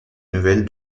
nouvelle